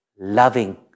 loving